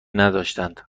نداشتند